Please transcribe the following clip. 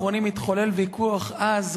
מתחולל ויכוח עז,